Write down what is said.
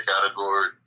category